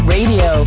Radio